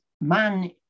man